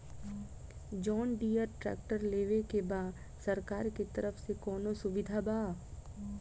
John Deere tractor लेवे के बा सरकार के तरफ से कौनो सुविधा बा?